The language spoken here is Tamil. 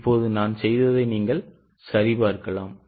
இப்போது நான் செய்ததை நீங்கள் சரிபார்க்கலாம்